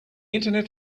internet